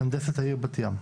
מהנדסת העיר בת ים.